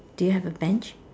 do you have a bench